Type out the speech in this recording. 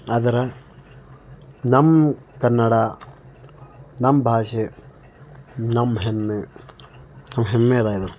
ಆದ್ರೆ ನಮ್ಮ ಕನ್ನಡ ನಮ್ಮ ಭಾಷೆ ನಮ್ಮ ಹೆಮ್ಮೆ ಹೆಮ್ಮೆ ಅದ ಇದು